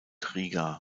riga